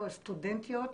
אבל סטודנטיות,